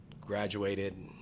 Graduated